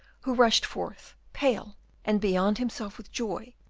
who rushed forth, pale and beyond himself with joy,